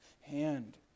hand